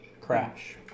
Crash